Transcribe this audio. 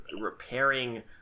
repairing